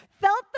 Felt